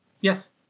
Yes